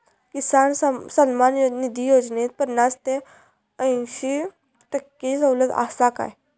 किसान सन्मान निधी योजनेत पन्नास ते अंयशी टक्के सवलत आसा काय?